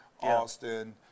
Austin